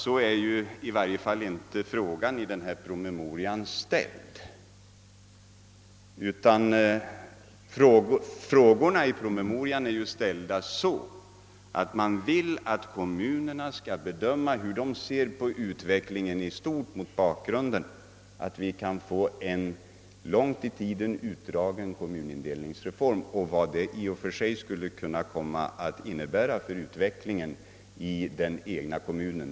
Så är väl i alla fall inte frågan ställd i denna promemoria, utan frågorna i promemorian är ställda på det sättet att man vill att kommunerna skall bedöma hur de ser på utvecklingen i stort mot bakgrunden av att vi kan få en i tiden långt utdragen kommunindelningsreform och vad det i och för sig skulle kunna komma att innebära för utvecklingen i den egna kommunen.